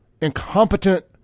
incompetent